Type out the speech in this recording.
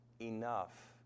enough